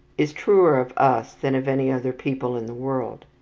is truer of us than of any other people in the world.